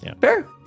Fair